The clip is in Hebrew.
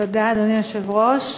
תודה, אדוני היושב-ראש.